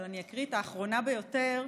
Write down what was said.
אבל אקרא את האחרונה ביותר,